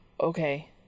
okay